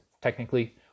technically